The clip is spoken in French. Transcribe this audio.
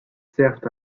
servent